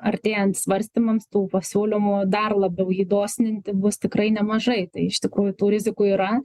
artėjant svarstymams tų pasiūlymų dar labiau jį dosninti bus tikrai nemažai tai iš tikrųjų tų rizikų yra